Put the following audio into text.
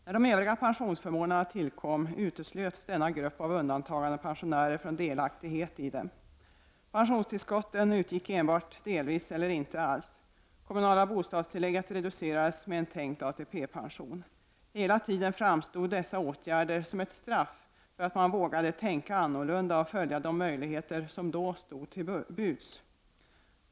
När de övriga pensionsförmånerna tillkom, uteslöts denna grupp av undantagandepensionärer från delaktighet i dem. Pensionstillskotten utgick enbart delvis eller inte alls, och det kommunala bostadstillägget reducerades med en tänkt ATP-pension. Hela tiden framstod dessa åtgärder som ett straff för att man vågade tänka annorlunda och följa de möjligheter som då stod till buds.